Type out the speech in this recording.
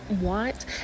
want